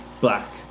black